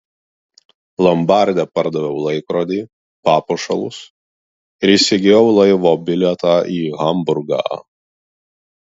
lombarde pardaviau laikrodį papuošalus ir įsigijau laivo bilietą į hamburgą